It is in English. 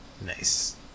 Nice